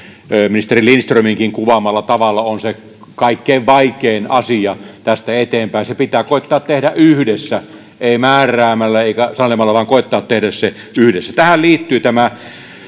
ministeri lindströminkin kuvaamalla tavalla on se kaikkein vaikein asia tästä eteenpäin se pitää koettaa tehdä yhdessä ei määräämällä eikä sanelemalla vaan koettaa tehdä se yhdessä tähän liittyy tämä